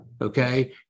Okay